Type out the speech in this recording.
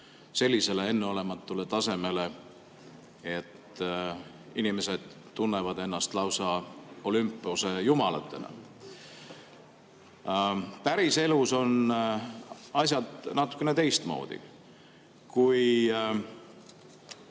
sellisele enneolematule tasemele, et inimesed tunnevad ennast lausa Olümpose jumalatena. Päriselus on asjad natukene teistmoodi. Kui